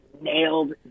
nailed